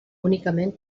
únicament